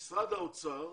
משרד האוצר